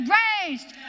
raised